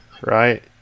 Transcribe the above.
right